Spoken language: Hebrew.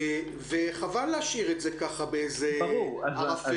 וחבל להשאיר את זה ככה באיזה ערפל.